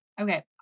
Okay